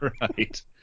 Right